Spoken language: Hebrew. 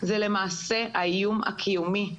למעשה האיום הקיומי.